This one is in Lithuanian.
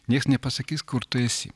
nieks nepasakys kur tu esi